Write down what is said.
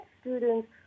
students